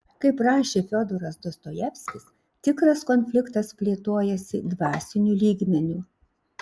kaip rašė fiodoras dostojevskis tikras konfliktas plėtojasi dvasiniu lygmeniu